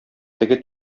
теге